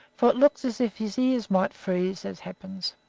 for it looked as if his ears might freeze, as happens.